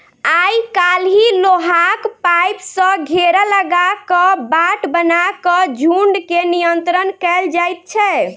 आइ काल्हि लोहाक पाइप सॅ घेरा लगा क बाट बना क झुंड के नियंत्रण कयल जाइत छै